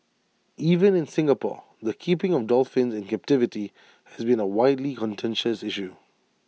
even in Singapore the keeping of dolphins in captivity has been A widely contentious issue